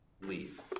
leave